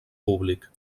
públic